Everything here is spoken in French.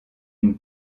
une